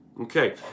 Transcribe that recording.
Okay